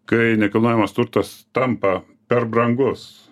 kai nekilnojamas turtas tampa per brangus